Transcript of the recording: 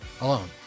alone